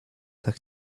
tak